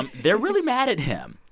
and they're really mad at him.